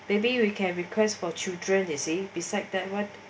maybe we can request for children they say besides that what